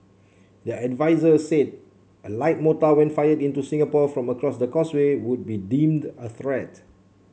the adviser said a light mortar when fired into Singapore from across the Causeway would be deemed a threat